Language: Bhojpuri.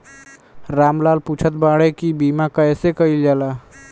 राम लाल पुछत बाड़े की बीमा कैसे कईल जाला?